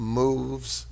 moves